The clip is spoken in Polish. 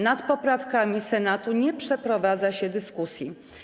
Nad poprawkami Senatu nie przeprowadza się dyskusji.